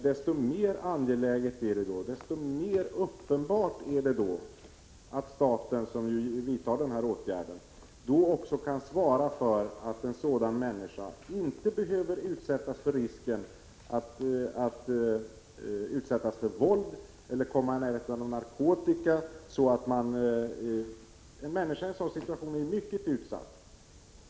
Desto mer angeläget och desto mer uppenbart är det då att staten, som vidtar den här åtgärden, måste kunna svara för att en sådan människa inte behöver utsättas för våld eller komma i närheten av narkotika — en människa i en sådan situation är mycket utsatt.